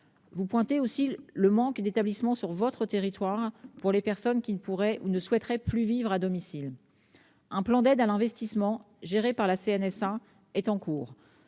Vous soulignez aussi le manque d'établissements sur votre territoire pour les personnes qui ne pourraient ou ne souhaiteraient plus vivre à domicile. Un plan d'aide à l'investissement, géré par la Caisse nationale